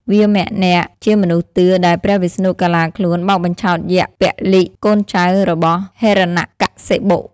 វាមនៈ ជាមនុស្សតឿ ដែលព្រះវិស្ណុកាឡាខ្លួនបោកបញ្ឆោតយក្សពលិ(កូនចៅរបស់ហិរណកសិបុ)។